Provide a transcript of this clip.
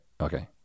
okay